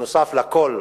נוסף על הכול,